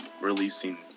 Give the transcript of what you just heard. releasing